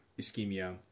ischemia